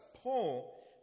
Paul